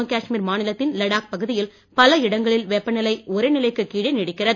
ஜம்மு காஷ்மீர் மாநிலத்தின் லடாக் பகுதியில் பல இடங்களில் வெப்பநிலை உறைநிலைக்குக் கீழே நீடிக்கிறது